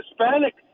Hispanic